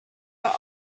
were